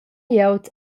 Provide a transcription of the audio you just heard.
glieud